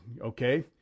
Okay